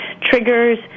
triggers